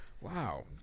Wow